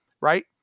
Right